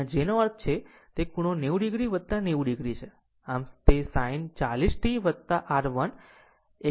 આમ આ j નો અર્થ છે તે ખૂણો 90 o 90 o છે આમ જ તે sin 40 t R135 o છે